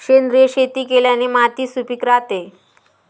सेंद्रिय शेती केल्याने माती सुपीक राहते